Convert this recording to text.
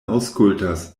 aŭskultas